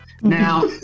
Now